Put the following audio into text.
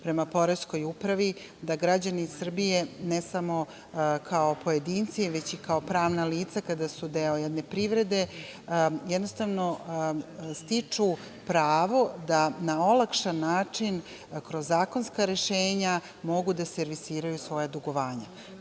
prema poreskoj upravi, da građani Srbije ne samo kao pojedinci već i kao pravna lica kada su deo jedne privrede, jednostavno stiču pravo da na olakšan način, kroz zakonska rešenja, mogu da servisiraju svoja dugovanja. Pre